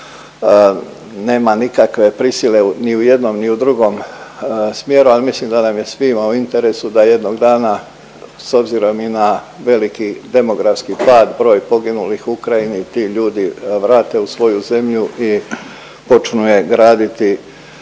nema nikakve prisile ni u jednom ni u drugom smjeru, ali mislim da nam je svima u interesu da jednog dana s obzirom i na veliki demografski pad, broj poginulih u Ukrajini ti ljudi vrate u svoju zemlju i počnu je graditi